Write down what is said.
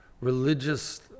religious